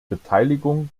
beteiligung